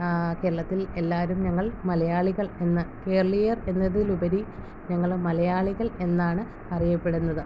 കേരളത്തിൽ എല്ലാവരും ഞങ്ങൾ മലയാളികൾ എന്ന കേരളീയർ എന്നതിലുപരി ഞങ്ങൾ മലയാളികൾ എന്നാണ് അറിയപ്പെടുന്നത്